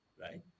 right